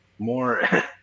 More